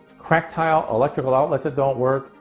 cracked tile, electrical outlets that don't work,